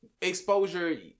exposure